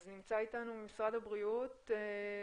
אז נמצא איתנו משרד הבריאות, רונן,